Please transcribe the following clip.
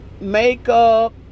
makeup